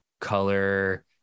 color